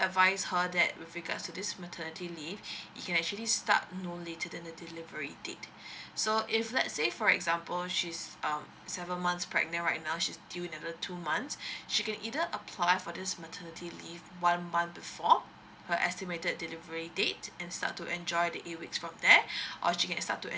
advice her that with regards to this maternity leave it actually start no later than the delivery date so if let's say for example she's um seven months pregnant right now she's due in another two months she can either apply for this maternity leave one month before her estimated delivery date and start to enjoy the eight weeks from there or she can start to